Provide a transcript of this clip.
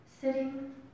sitting